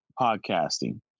podcasting